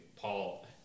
Paul